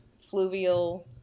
fluvial